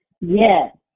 Yes